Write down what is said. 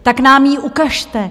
Tak nám ji ukažte.